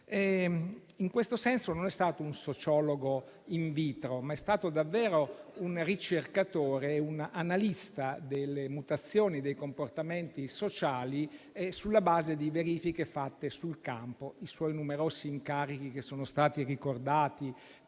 In questo senso non è stato un sociologo *in vitro*, ma è stato davvero un ricercatore e un analista delle mutazioni dei comportamenti sociali sulla base di verifiche fatte sul campo. I suoi numerosi incarichi che sono stati ricordati